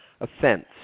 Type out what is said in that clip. offense